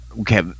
okay